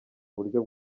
uburyo